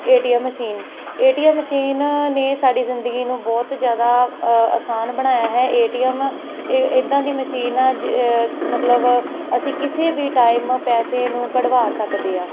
A T M machine A T M machine ਨੇ ਸਾਡੀ ਜ਼ਿੰਦਗੀ ਨੂੰ ਬਹੁਤ ਜ਼ਿਆਦਾ ਅ ਆਸਾਨ ਬਣਾਇਆ ਹੈ ਏ ਟੀ ਐਮ ਇੱਦਾਂ ਦੀ ਮਸ਼ੀਨ ਆ ਮਤਲਬ ਅਸੀਂ ਕਿਸੇ ਵੀ ਟਾਈਮ ਪੈਸੇ ਨੂੰ ਕਢਵਾ ਸਕਦੇ ਹਾਂ